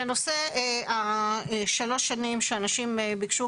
לנושא שלוש השנים שאנשים ביקשו